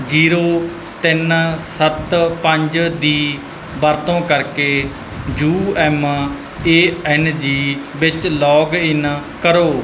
zero ਤਿੰਨ ਸੱਤ ਪੰਜ ਦੀ ਵਰਤੋਂ ਕਰਕੇ U M A N G ਵਿੱਚ ਲੌਗਇਨ ਕਰੋ